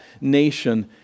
nation